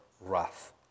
wrath